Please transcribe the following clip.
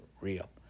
real